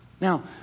Now